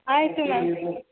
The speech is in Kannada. ಆಯಿತು ಮ್ಯಾಮ್